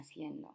haciendo